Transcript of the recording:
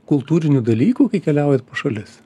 kultūrinių dalykų kai keliaujat po šalis